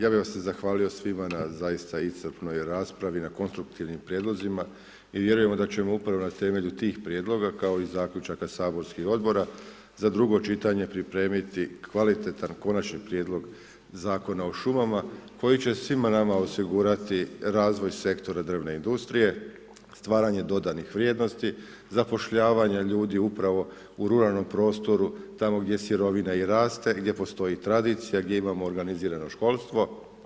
Ja bi vam se zahvalio svima na zaista iscrpnoj raspravi, na konstruktivnim prijedlozima i vjerujem da ćemo upravo na temelju tih prijedloga kao i zaključaka saborskih odbora, za drugo čitanje pripremiti kvalitetan konačni prijedlog Zakona o šumama, koji će svima nama osiguravati razvoj sektora drvne industrije, stvaranje dodane vrijednosti, zapošljavanje ljudi upravo u ruralnom prostoru, tamo gdje sirovina i raste, gdje postoji tradicija, gdje imamo organizirano školstvo.